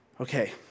Okay